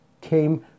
came